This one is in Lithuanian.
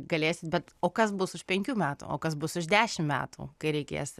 galėsi bet o kas bus už penkių metų o kas bus už dešimt metų kai reikės